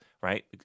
right